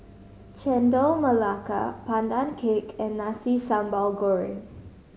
Chendol Melaka Pandan Cake and Nasi Sambal Goreng